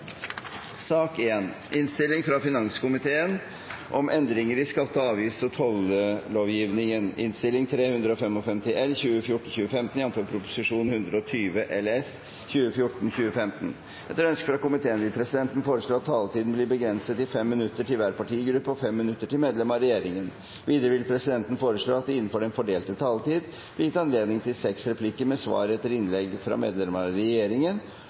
sak nr. 4. Etter ønske fra næringskomiteen vil presidenten foreslå at taletiden blir begrenset til 5 minutter til hver partigruppe og 5 minutter til medlem av regjeringen. Videre vil presidenten foreslå at det blir gitt anledning til seks replikker med svar etter innlegg fra medlemmer av regjeringen